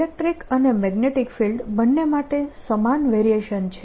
electric અને magnetic field બંને માટે સમાન વેરિએશન છે